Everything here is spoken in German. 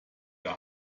der